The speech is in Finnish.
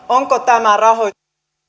onko tämä